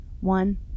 one